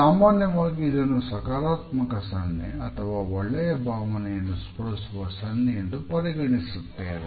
ಸಾಮಾನ್ಯವಾಗಿ ಇದನ್ನು ಸಕಾರಾತ್ಮಕ ಸನ್ನೆ ಅಥವಾ ಒಳ್ಳೆಯ ಭಾವನೆಯನ್ನು ಸ್ಪುರಿಸುವ ಸನ್ನೆ ಎಂದು ಪರಿಗಣಿಸುತ್ತೇವೆ